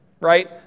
Right